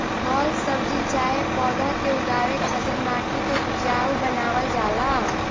फल सब्जी चाहे पौधा के उगावे खातिर माटी के उपजाऊ बनावल जाला